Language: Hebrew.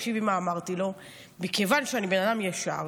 תקשיבי מה אמרתי לו: מכיוון שאני בן אדם ישר